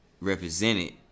represented